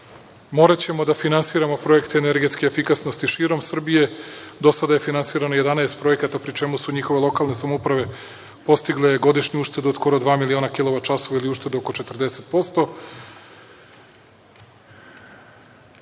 Moraćemo da finansiramo projekte energetske efikasnosti širom Srbije. Do sada je finansirano 11 projekata, pri čemu su njihove lokalne samouprave postigle godišnju uštedu od skoro dva miliona kilovat-časova ili uštede oko 40%.Kao